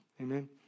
Amen